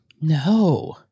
No